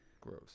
Gross